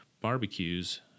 barbecues